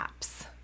apps